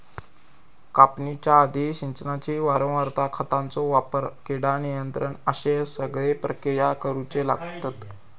कापणीच्या आधी, सिंचनाची वारंवारता, खतांचो वापर, कीड नियंत्रण अश्ये सगळे प्रक्रिया करुचे लागतत